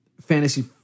Fantasy